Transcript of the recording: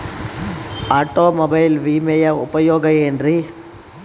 Automobile ವಿಮೆಯ ಉಪಯೋಗ ಏನ್ರೀ?